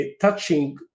touching